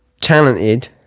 talented